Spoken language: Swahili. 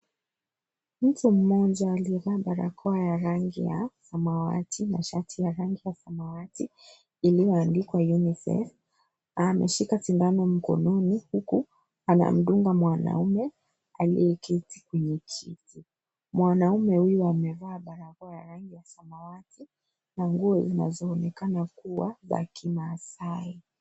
Mtu mmoja, aliyevaa balakoa ya rangi ya samawati na shati ya rangi ya samawati, iliyoandikwa UNICEF, ameshika sindano mkononi ,huku anamdumga mwanaume aliyeketi kwenye kiti. Mwanaume, huyu anavaa balakoa ya rangi ya samawati na nguo zinazoonekana kuwa za kimasai.